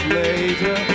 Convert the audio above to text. later